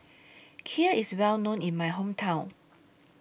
Kheer IS Well known in My Hometown